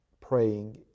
praying